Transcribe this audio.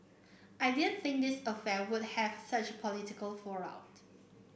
I didn't think this affair would have such political fallout